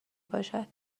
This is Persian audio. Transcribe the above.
باشد